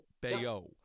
bayo